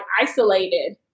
isolated